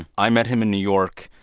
i met him in new york